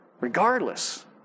Regardless